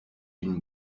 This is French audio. d’une